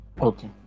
okay